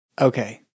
Okay